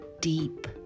deep